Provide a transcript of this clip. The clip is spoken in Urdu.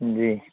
جی